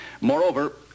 Moreover